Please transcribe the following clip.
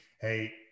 hey